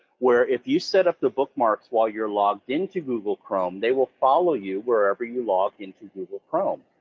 where if you set up the bookmarks while you're logged into google chrome, they will follow you wherever you log into google chrome,